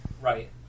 Right